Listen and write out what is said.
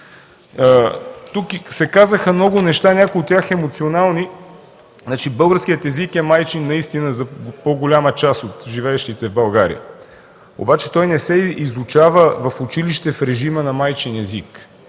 Тук се казаха много неща, някои от тях емоционални – че българският език е майчин за по-голяма част от живеещите в България, обаче той не се изучава в училище в режима на майчин език,